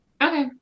Okay